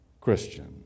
Christian